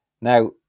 Now